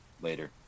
later